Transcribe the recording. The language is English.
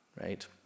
right